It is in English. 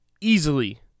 easily